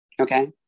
okay